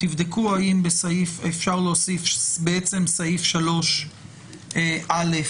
תבדקו האם אפשר להוסיף בסעיף 3(א)